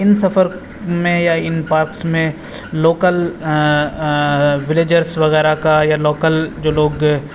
ان سفر میں یا ان پارکس میں لوکل ولیجرس وغیرہ کا یا لوکل جو لوگ